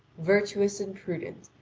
virtuous and prudent,